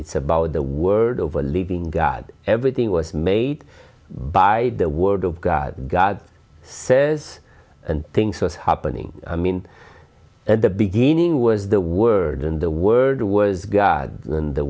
it's about the word of a living god everything was made by the word of god god says and things was happening i mean at the beginning was the word and the word was god and the